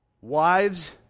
Wives